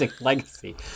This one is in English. legacy